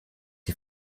die